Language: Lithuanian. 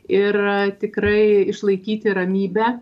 ir tikrai išlaikyti ramybę